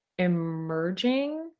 Emerging